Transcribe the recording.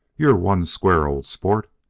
you're one square old sport,